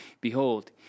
Behold